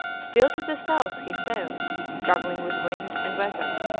still to the south he sailed, struggling with wind and weather,